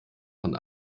von